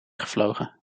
gevlogen